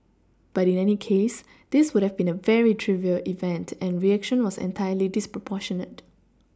but in any case this would have been a very trivial event and reaction was entirely disproportionate